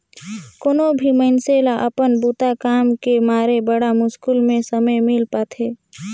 कोनो भी मइनसे ल अपन बूता काम के मारे बड़ा मुस्कुल में समे मिल पाथें